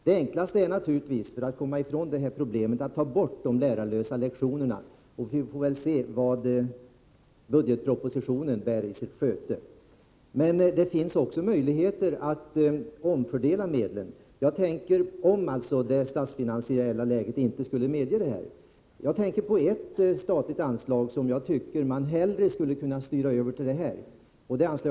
Det enklaste sättet att komma ifrån detta problem är naturligtvis att ta bort de lärarlösa lektionerna — och vi får väl se vad budgetpropositionen bär i sitt sköte. Det finns emellertid också möjligheter att omfördela medlen, om det statsfinansiella läget inte skulle medge detta. Det finns särskilt ett statligt anslag som jag tycker att man hellre skulle kunna styra över till detta ändamål.